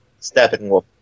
Steppenwolf